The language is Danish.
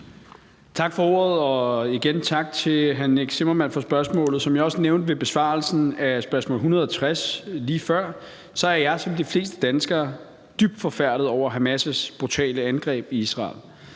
Tak for ordet, og igen vil jeg sige tak til hr. Nick Zimmermann for spørgsmålet. Som jeg også nævnte ved besvarelsen af spørgsmål nr. S 160 lige før, er jeg som de fleste andre danskere dybt forfærdet over Hamas' brutale angreb i Israel,